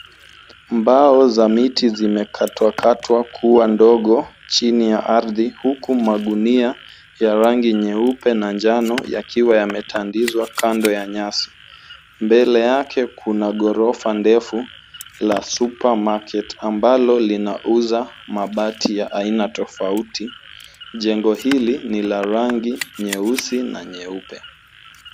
Mbao za miti zimekatwakatwa kuwa ndogo chini ya ardhi, huku magunia ya rangi nyeupe na njano yakiwa yametandizwa kando ya nyasi. Mbele yake kuna ghorofa ndefu la supermarket , ambalo linauza mabati ya aina tofauti. Jengo hili ni la rangi nyeusi na nyeupe.